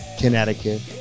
Connecticut